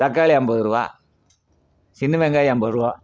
தக்காளி ஐம்பது ரூபாய் சின்ன வெங்காயம் ஐம்பது ரூபாய்